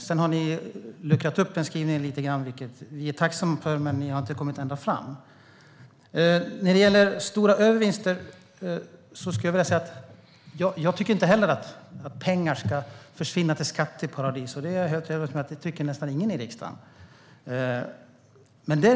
Sedan har ni luckrat upp skrivningen lite grann, vilket vi är tacksamma för, men ni har inte kommit ända fram. När det gäller stora övervinster skulle jag vilja säga att jag inte heller tycker att pengar ska försvinna till skatteparadis. Det är jag helt övertygad om att nästan ingen i riksdagen tycker.